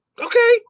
Okay